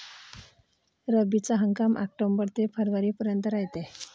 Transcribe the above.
रब्बीचा हंगाम आक्टोबर ते फरवरीपर्यंत रायते